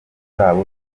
zabo